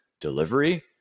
delivery